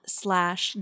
slash